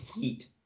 Heat